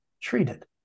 treated